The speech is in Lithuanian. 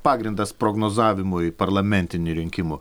pagrindas prognozavimui parlamentinių rinkimų